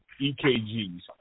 EKGs